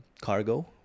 cargo